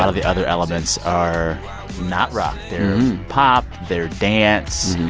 of the other elements are not rock. they're pop. they're dance.